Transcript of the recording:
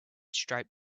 striped